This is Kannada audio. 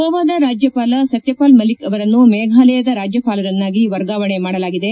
ಗೋವಾದ ರಾಜ್ಯಪಾಲ ಸತ್ಯಪಾಲ್ ಮಲ್ಲಿಕ್ ಅವರನ್ತು ಮೇಫಾಲಯದ ರಾಜ್ಯಪಾಲರನ್ತಾಗಿ ವರ್ಗಾವಣೆ ಮಾಡಲಾಗಿದೆ